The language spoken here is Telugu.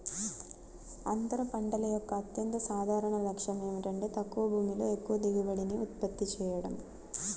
అంతర పంటల యొక్క అత్యంత సాధారణ లక్ష్యం ఏమిటంటే తక్కువ భూమిలో ఎక్కువ దిగుబడిని ఉత్పత్తి చేయడం